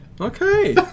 Okay